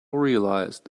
realised